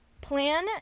plan